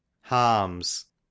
Harms